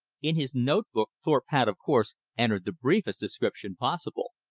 in his note-book thorpe had, of course, entered the briefest description possible.